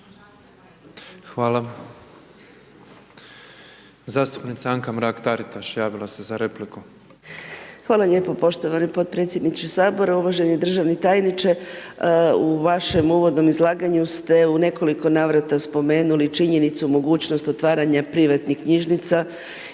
Zastupnica Anka Mrak-Taritaš, javila se za repliku. **Mrak-Taritaš, Anka (GLAS)** Hvala lijepo poštovani podpredsjedniče sabora, uvaženi državni tajniče, u vašem uvodnom izlaganju ste u nekoliko navrata spomenuli činjenicu, mogućnost otvaranja privatnih knjižnica,